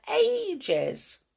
ages